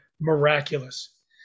miraculous